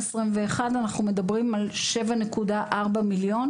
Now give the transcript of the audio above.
הם גם מתוך תפיסה שוביניסטית ששלטת בחברה שלנו,